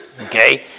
okay